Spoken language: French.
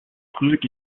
trucs